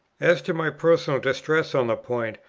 as to my personal distress on the point,